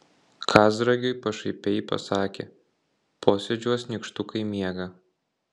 kazragiui pašaipiai pasakė posėdžiuos nykštukai miega